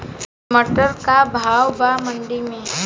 टमाटर का भाव बा मंडी मे?